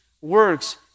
works